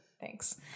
Thanks